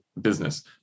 business